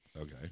okay